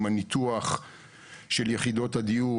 עם הניתוח של יחידות הדיור.